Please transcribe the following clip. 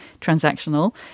transactional